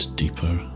deeper